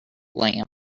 lamp